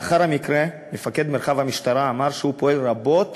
לאחר המקרה אמר מפקד מרחב המשטרה שהוא פועל רבות